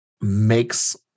makes